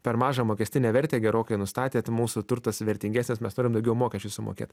per mažą mokestinę vertę gerokai nustatėt mūsų turtas vertingesnis mes turim daugiau mokesčių sumokėt